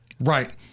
right